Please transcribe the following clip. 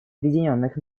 объединенных